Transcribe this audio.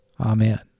Amen